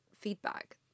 feedback